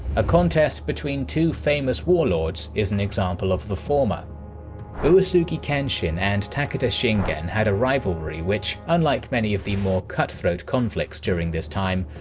a contest between two famous warlords is an example of the former uesugi kenshin and takeda shingen had a rivalry which, unlike many of the more cutthroat conflicts during this time,